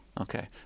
Okay